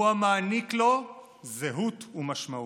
הוא המעניק לו זהות ומשמעות.